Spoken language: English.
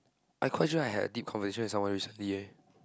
I quite sure I had this conversation with someone recently eh